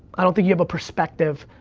i don't think you have a perspective.